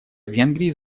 венгрии